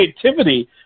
creativity